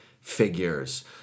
figures